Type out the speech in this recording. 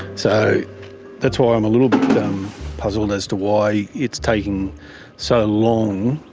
so that's why i'm a little bit puzzled as to why it's taking so long.